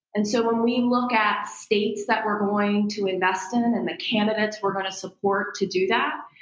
and so when we look at states that we're going to invest in and and the candidates we're going to support to do that,